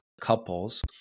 couples